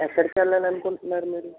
ఎక్కడికి వెళ్ళాలని అనుకుంటున్నారు మీరు